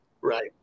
right